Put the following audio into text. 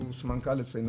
שהוא סמנכ"ל אצלנו,